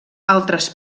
altres